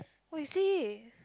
what you say